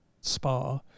spa